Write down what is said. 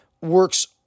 works